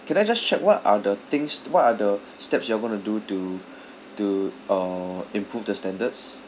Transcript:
can I just check what are the things what are the steps you all going to do to to uh improve the standards